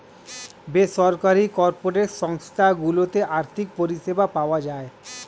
বেসরকারি কর্পোরেট সংস্থা গুলোতে আর্থিক পরিষেবা পাওয়া যায়